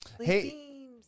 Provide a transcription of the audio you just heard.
hey